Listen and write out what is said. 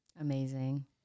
Amazing